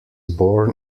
born